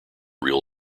real